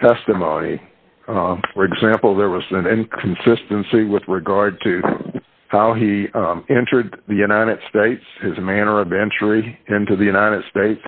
testimony for example there was and consistency with regard to how he entered the united states as a manner of entry into the united states